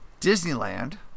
Disneyland